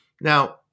Now